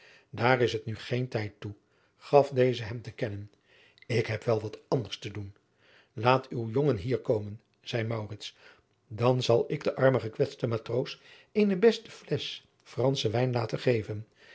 daar is het nu geen tijd toe gaf deze hem te kennen ik heb wel wat anders te doen laat uw jongen hier komen zeî maurits dan zal ik den armen gekwetsten matroos eene beste flesch franschen wijn laten geven